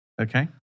Okay